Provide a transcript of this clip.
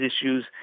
issues